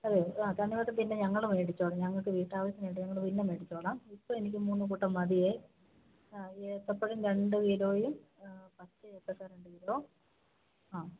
അതെയോ ആ തണ്ണിമത്തന് പിന്നെ ഞങ്ങൾ മേടിച്ചുകൊള്ളാം ഞങ്ങൾക്ക് വീട്ടാവിശ്യത്തിന് വേണ്ടി ഞങ്ങൾ പിന്നെ മേടിച്ചുകൊള്ളാം ഇപ്പം എനിക്ക് മൂന്ന് കൂട്ടം മതിയേ ആ ഏത്തപ്പഴം രണ്ട് കിലോയും പച്ച ഏത്തയ്ക്ക രണ്ട് കിലോ ആ